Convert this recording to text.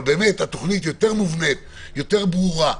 אבל התוכנית יותר מובנית וברורה.